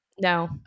No